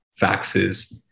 faxes